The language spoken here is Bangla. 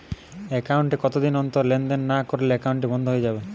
একাউন্ট এ কতদিন অন্তর লেনদেন না করলে একাউন্টটি কি বন্ধ হয়ে যাবে?